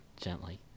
gently